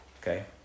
okay